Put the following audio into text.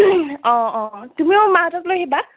অঁ অঁ অঁ তুমিও মাহঁতক লৈ আহিবা